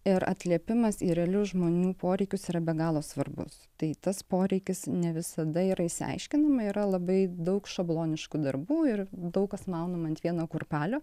ir atliepimas į realius žmonių poreikius yra be galo svarbus tai tas poreikis ne visada yra išsiaiškinama yra labai daug šabloniškų darbų ir daug kas maunama ant vieno kurpalio